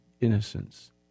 innocence